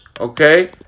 okay